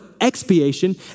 expiation